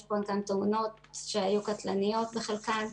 יש כאן תאונות, שהיו קטלניות בחלקן.